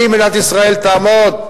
אם מדינת ישראל תעמוד,